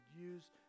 use